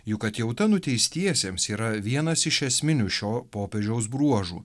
juk atjauta nuteistiesiems yra vienas iš esminių šio popiežiaus bruožų